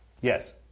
Yes